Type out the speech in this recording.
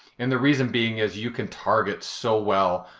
and the reason being is you can target so well,